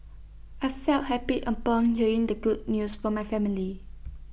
I felt happy upon hearing the good news from my family